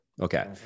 Okay